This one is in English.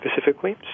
specifically